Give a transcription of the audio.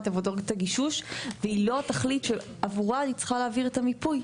את עבודות הגישוש והיא לא התכלית שעבורה אני צריכה להעביר את המיפוי.